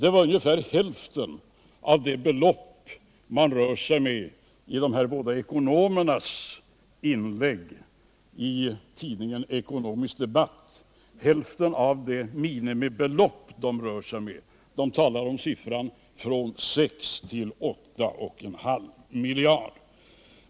Det var ungefär hälften av det minimibelopp man rör sig med i de här båda ekonomernas inlägg i tidningen Ekonomisk debatt. De talar om ett belopp på 6-8,5 miljarder kronor.